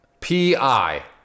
PI